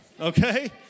okay